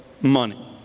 money